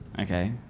Okay